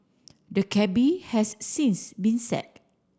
the cabby has since been sack